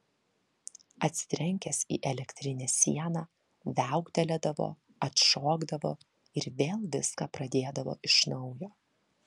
atsitrenkęs į elektrinę sieną viauktelėdavo atšokdavo ir vėl viską pradėdavo iš naujo